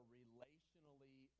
relationally